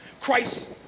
Christ